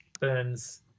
Burns